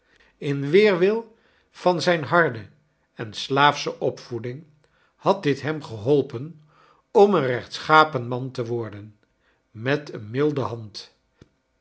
in weerwil van zijne harde en slaafsche opvoeding had dit hem geholpen om een rechtschapeu man te worden met een milde hand